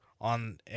on